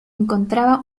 encontraba